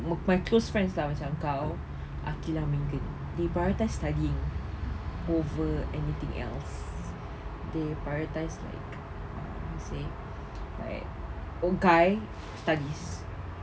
my close friend lah macam kau aqilah megan they prioritise studying over anything else they prioritise like how to say like or guys studies